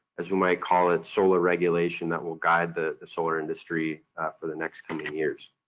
as we might call it, solar regulation that will guide the solar industry for the next coming years.